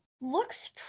looks